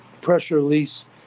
pressure-release